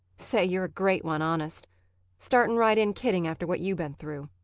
say, you're a great one, honest starting right in kidding after what you been through.